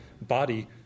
body